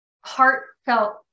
heartfelt